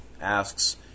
asks